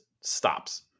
stops